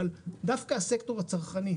אבל דווקא הסקטור הצרכני,